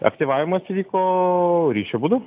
aktyvavimas įvyko ryšio būdu